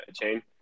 Chain